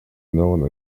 known